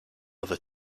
other